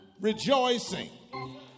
rejoicing